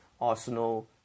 Arsenal